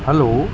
हलो